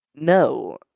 no